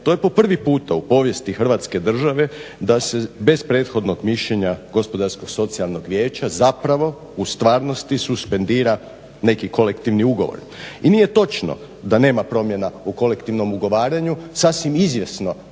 to je po prvi puta u povijesti Hrvatske države da se bez prethodnog mišljenja Gospodarskog socijalnog vijeća zapravo u stvarnosti suspendira neki kolektivni ugovor. I nije točno da nema promjena u kolektivnom ugovaranju. Sasvim izvjesno